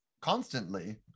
constantly